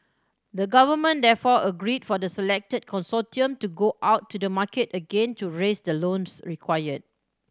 the government therefore agreed for the selected consortium to go out to the market again to raise the loans required